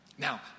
Now